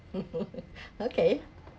okay